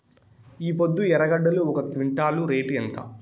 ఈపొద్దు ఎర్రగడ్డలు ఒక క్వింటాలు రేటు ఎంత?